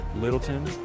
Littleton